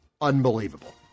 unbelievable